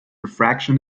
refraction